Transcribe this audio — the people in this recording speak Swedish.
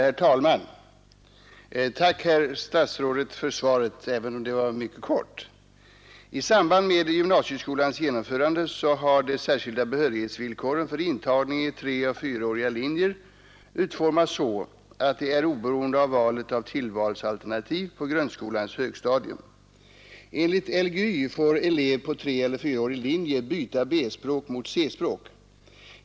Herr talman! Tack, herr statsrådet, för svaret, även om det var mycket kort! I samband med gymnasieskolans genomförande har de särskilda behörighetsvillkoren för intagning i treoch fyraåriga linjer utformats så, att de är oberoende av valet av tillvalsalternativ på grundskolans högstadium. Enligt Lgy får elev på treeller fyraårig linje byta B-språk mot C-språk.